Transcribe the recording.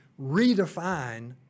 redefine